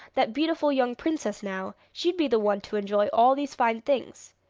that beautiful young princess, now! she'd be the one to enjoy all these fine things!